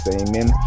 amen